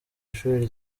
ishuri